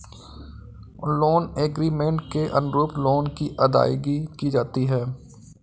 loan agreement के अनुरूप loan की अदायगी की जाती है